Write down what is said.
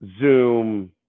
Zoom